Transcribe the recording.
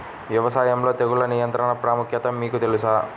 వ్యవసాయంలో తెగుళ్ల నియంత్రణ ప్రాముఖ్యత మీకు తెలుసా?